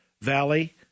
valley